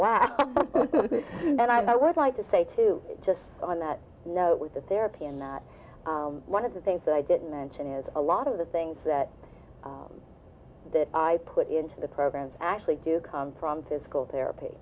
while and then i would like to say to just on that note with the therapy and one of the things that i didn't mention is a lot of the things that i put into the programs actually do come from physical therapy